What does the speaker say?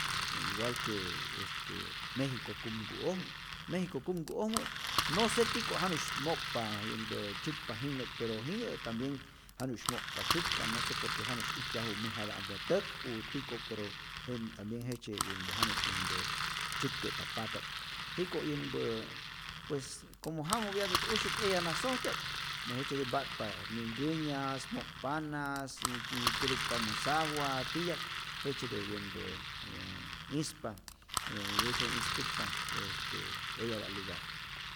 E igual que este mexico kumku'ojmä, mexico kumku'ojmä no se tiko' janu'sy mo'kpa yänhpä tzyäkpa jinhä pero jinhä tambien janu'sh mo'kpa tzäkpa no se por que janu'sy ijtyaju mäjata'mpä täk u tiko' pero jenä tambien jejtzye yänhpä janu'sy yänhpä tzyäk'keta paka'k, jiko' yänhpä pues como jamopyatät usyäk eya nasojtya'p jejtzyetä mpa'tpa ninhkänyas, mo'kpanas, yy nn- kätäkpamä sawa tityap jejtzyetä yänhpä yää ispa yä jejtzyetät ispäkpa este eyata'p lugar.